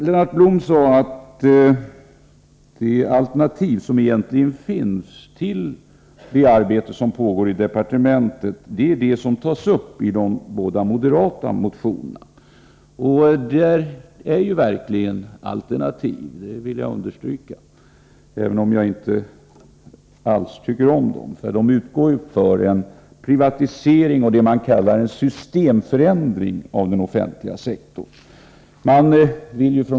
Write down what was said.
Lennart Blom sade att det alternativ som egentligen finns till det arbete som pågår i departementet är det som tas upp i de båda moderata motionerna. Jag vill verkligen understryka att de utgör alternativ, även om jag inte alls tycker om dem. De går ut på en privatisering och det man kallar för en systemförändring av den offentliga sektorn.